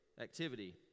activity